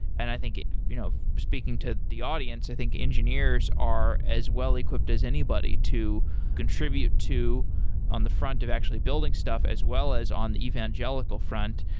and i think you know speaking to the audience, i think engineers are as well-equipped as anybody to contribute to on the front of actually building stuff as well as on the evangelical front,